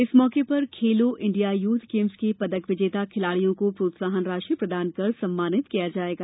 इस मौके पर खेलो इंडिया यूथ गेम्स के पदक विजेता खिलाड़ियों को प्रोत्साहन राशि प्रदान कर सम्मानित किया जायेगा